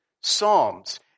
Psalms